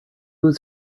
was